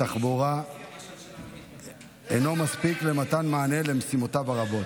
התחבורה אינה מספיקה למתן מענה למשימותיו הרבות.